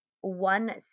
one